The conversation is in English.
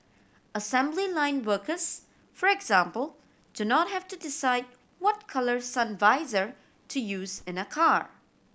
assembly line workers for example do not have to decide what colour sun visor to use in a car